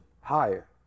higher